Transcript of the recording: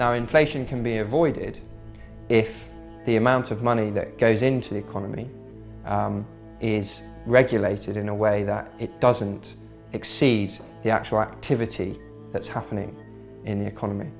now inflation can be avoided if the amount of money that goes into the economy is regulated in a way that it doesn't exceed the actual activity that's happening in the economy